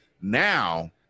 Now